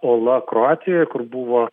ola kroatijoj kur buvo